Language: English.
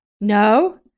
no